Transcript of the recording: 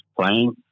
playing